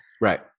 Right